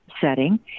setting